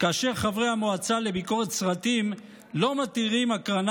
כאשר חברי המועצה לביקורת סרטים לא מתירים הקרנה